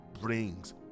brings